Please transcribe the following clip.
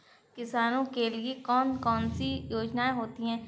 किसानों के लिए कौन कौन सी योजनायें होती हैं?